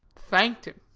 thanked him?